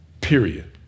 Period